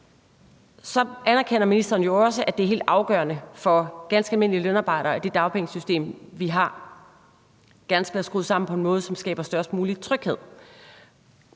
så anerkender ministeren jo også, at det er helt afgørende for ganske almindelige lønarbejdere, at det dagpengesystem, vi har, gerne skal være skruet sammen på en måde, som skaber størst mulig tryghed.